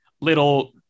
little